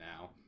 now